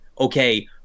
okay